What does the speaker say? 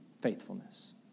faithfulness